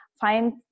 find